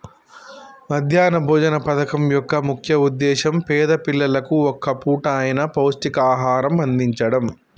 మధ్యాహ్న భోజన పథకం యొక్క ముఖ్య ఉద్దేశ్యం పేద పిల్లలకు ఒక్క పూట అయిన పౌష్టికాహారం అందిచడం